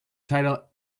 title